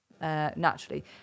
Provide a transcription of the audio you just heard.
Naturally